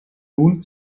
nun